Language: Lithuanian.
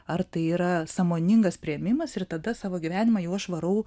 ar tai yra sąmoningas priėmimas ir tada savo gyvenimą jau aš varau